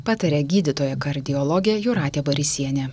pataria gydytoja kardiologė jūratė barysienė